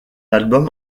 album